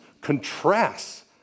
contrasts